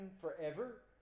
forever